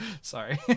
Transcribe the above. sorry